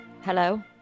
Hello